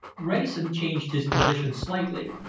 wrayson changed his position slightly.